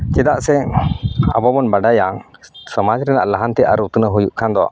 ᱪᱮᱫᱟᱜ ᱥᱮ ᱟᱵᱚ ᱵᱚᱱ ᱵᱟᱰᱟᱭᱟ ᱥᱚᱢᱟᱡᱽ ᱨᱮᱱᱟᱜ ᱞᱟᱦᱟᱱᱛᱤ ᱟᱨ ᱩᱛᱱᱟᱹᱣ ᱦᱩᱭᱩᱜ ᱠᱷᱟᱱ ᱫᱚ